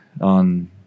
on